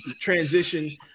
transition –